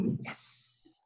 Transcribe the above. Yes